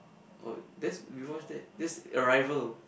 oh that's we watched that that's arrival